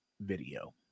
video